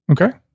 Okay